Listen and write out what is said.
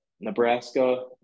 Nebraska